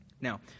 Now